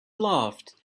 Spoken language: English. laughed